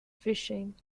fishing